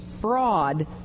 fraud